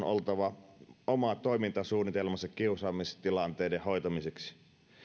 on oltava oma toimintasuunnitelmansa kiusaamistilanteiden hoitamiseksi